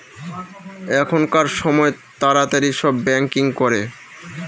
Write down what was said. এখনকার সময় তাড়াতাড়ি সব ব্যাঙ্কিং করে